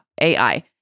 AI